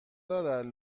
دارد